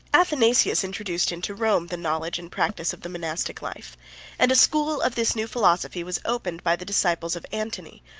athanasius introduced into rome the knowledge and practice of the monastic life and a school of this new philosophy was opened by the disciples of antony,